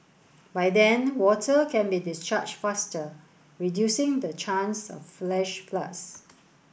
by then water can be discharged faster reducing the chance of flash floods